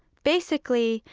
basically,